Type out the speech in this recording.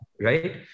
Right